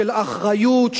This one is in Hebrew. של אחריות,